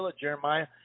Jeremiah